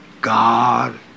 God